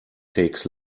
takes